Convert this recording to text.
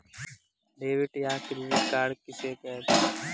Debit या credit card किसे कहते हैं?